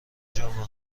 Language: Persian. جمعه